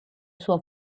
sua